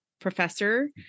professor